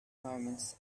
moments